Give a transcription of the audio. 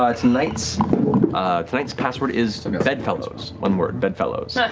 ah tonight's tonight's password is bedfellows, one word, bedfellows.